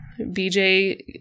BJ